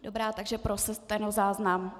Dobrá, takže pro stenozáznam.